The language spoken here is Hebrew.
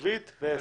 מצבית ועסק.